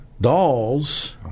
dolls